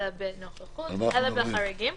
אלא בנוכחות, אלא בחריגים.